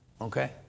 okay